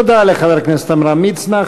תודה לחבר הכנסת עמרם מצנע.